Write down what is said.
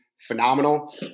phenomenal